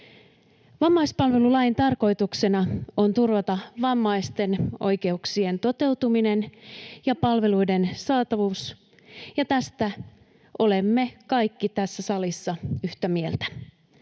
Vammaispalvelulain tarkoituksena on turvata vammaisten oikeuksien toteutuminen ja palveluiden saatavuus, ja tästä olemme kaikki tässä salissa yhtä mieltä.